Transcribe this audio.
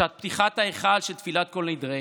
בשעת פתיחת ההיכל של תפילת כל נדרי,